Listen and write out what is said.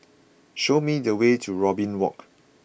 show me the way to Robin Walk